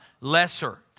lesser